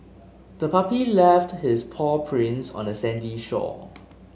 the puppy left its paw prints on the sandy shore